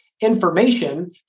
information